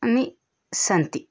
नि सन्ति